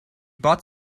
bought